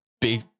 big